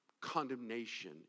condemnation